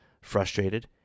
frustrated